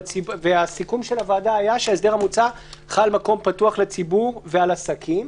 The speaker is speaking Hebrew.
סיכום הוועדה היה שההסדר המוצע חל על מקום פתוח לציבור ועל עסקים.